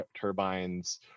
turbines